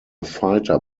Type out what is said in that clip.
fighter